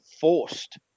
forced